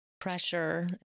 pressure